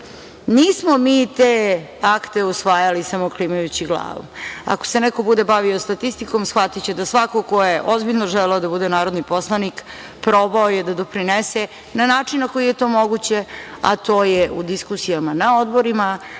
Nismo mi te akte usvajali samo klimajući glavom. Ako se neko bude bavio statistikom, shvatiće da svako ko je ozbiljno želeo da bude narodni poslanik probao je da doprinese na način na koji je to moguće, a to je u diskusijama na odborima,